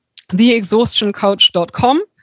theexhaustioncoach.com